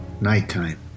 nighttime